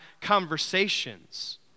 conversations